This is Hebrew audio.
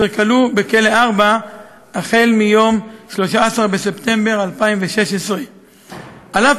אשר כלוא בכלא 4 מיום 13 בספטמבר 2016. על אף